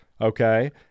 Okay